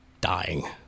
dying